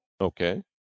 Okay